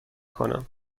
کنم